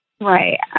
Right